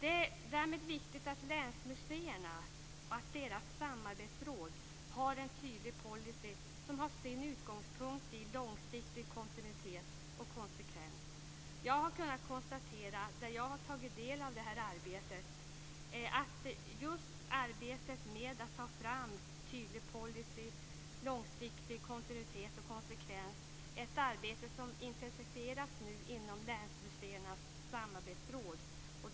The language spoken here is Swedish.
Det är därmed viktigt att länsmuseerna och deras samarbetsråd har en tydlig policy som har sin utgångspunkt i långsiktig kontinuitet och konsekvens. När jag har tagit del av det här arbetet har jag kunnat konstatera att just arbetet med att ta fram en tydlig policy och en långsiktig kontinuitet och konsekvens är ett arbete som nu intensifieras inom Länsmuseernas samarbetsråd.